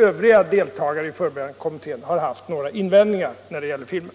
övriga deltagare i den förberedande kommittén har inte haft några invändningar när det gäller filmen.